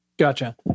Gotcha